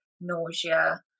nausea